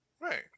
Right